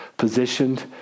positioned